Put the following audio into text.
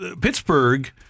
Pittsburgh